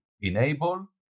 enable